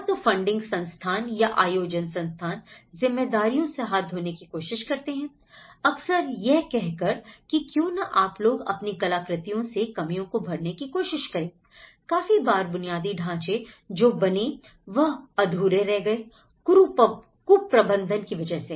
या तो फंडिंग संस्थान या आयोजन संस्थान जिम्मेदारियों से हाथ धोने की कोशिश करते हैं अक्सर यह कहकर कि क्यों ना आप लोग अपनी कलाकृतियों से कमियों को भरने की कोशिश करें काफी बार बुनियादी ढांचे जो बने वह अधूरे रह गए कुप्रबंधन की वजह से